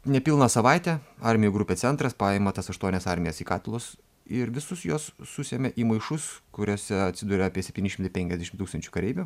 nepilną savaitę armijų grupė centras paima tas aštuonias armijas į katilus ir visus juos susemia į maišus kuriuose atsiduria apie septyni šimtai penkiasdešim tūkstančių kareivių